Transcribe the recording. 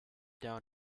down